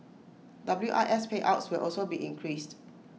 W I S payouts will also be increased